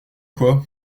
quoi